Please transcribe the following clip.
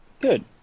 Good